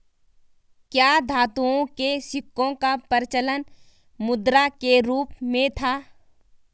क्या धातुओं के सिक्कों का प्रचलन मुद्रा के रूप में था?